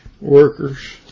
workers